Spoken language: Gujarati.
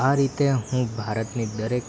આ રીતે હું ભારતની દરેક